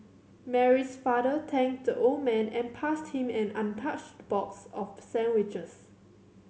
Mary's father thanked the old man and passed him an untouched box of sandwiches